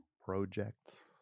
projects